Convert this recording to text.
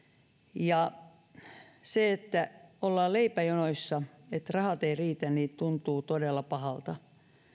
ja se että ollaan leipäjonoissa että rahat eivät riitä tuntuu todella pahalta